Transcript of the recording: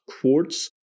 quartz